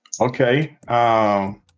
Okay